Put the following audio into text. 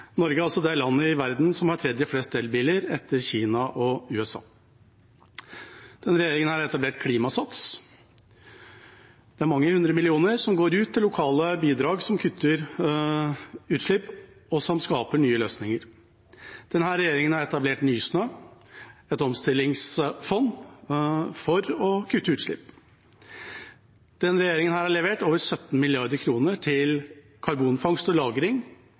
har tredje flest elbiler etter Kina og USA. Denne regjeringen har etablert Klimasats. Det er mange hundre millioner som går ut til lokale bidrag som kutter utslipp, og som skaper nye løsninger. Denne regjeringen har etablert Nysnø, et omstillingsfond for å kutte utslipp. Denne regjeringen har levert over 17 mrd. kr til karbonfangst og